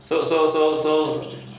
so so so so